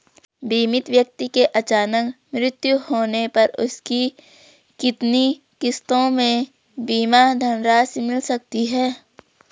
बीमित व्यक्ति के अचानक मृत्यु होने पर उसकी कितनी किश्तों में बीमा धनराशि मिल सकती है?